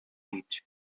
eat